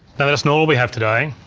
now that's not all we have today.